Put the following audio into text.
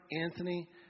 Anthony